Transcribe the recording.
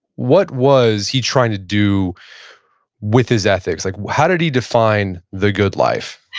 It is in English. what was he trying to do with his ethics? like how did he define the good life?